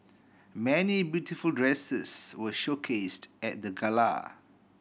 many beautiful dresses were showcased at the gala